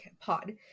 pod